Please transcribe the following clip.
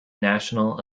national